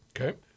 Okay